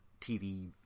tv